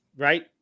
Right